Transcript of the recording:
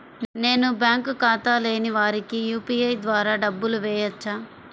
నేను బ్యాంక్ ఖాతా లేని వారికి యూ.పీ.ఐ ద్వారా డబ్బులు వేయచ్చా?